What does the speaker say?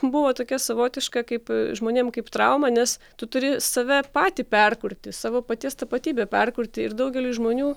buvo tokia savotiška kaip žmonėm kaip trauma nes tu turi save patį perkurti savo paties tapatybę perkurti ir daugeliui žmonių